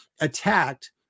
attacked